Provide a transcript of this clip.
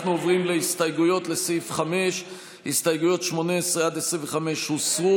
אנחנו עוברים להסתייגויות לסעיף 5. הסתייגויות 18 25 הוסרו.